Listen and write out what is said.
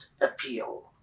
appeal